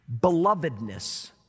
Belovedness